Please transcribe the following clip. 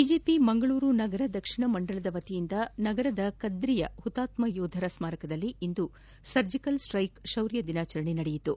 BJP Mangaluru ನಗರ ದಕ್ಷಿಣ ಮಂಡಲ ವತಿಯಿಂದ ನಗರದ ಕದ್ರಿಯ ಹುತಾತ್ಮ ಯೋಧರ ಸ್ಮಾರಕದಲ್ಲಿ ಇಂದು ಸರ್ಜಿಕಲ್ ಸೈೈಕ್ ಶೌರ್ಯ ದಿನಾಚರಣೆ ನಡೆಯಿತು